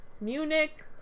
Munich